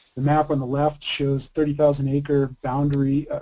the map on the left shows thirty thousand acre boundary,